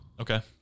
Okay